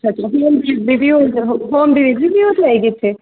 ਅੱਛਾ home delivery ਵੀ ਹੋ ਜਾਏਗੀ ਇੱਥੇ